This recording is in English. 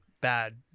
bad